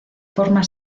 forma